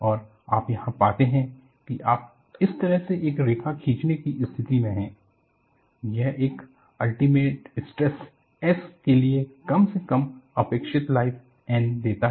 और आप यहां पाते हैं कि आप इस तरह से एक रेखा खींचने की स्थिति में हैं यह एक अल्टर्नेटिग स्ट्रेस S के लिए कम से कम अपेक्षित लाइफ N देता है